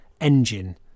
engine